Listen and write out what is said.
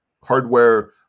Hardware